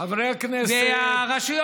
והרשויות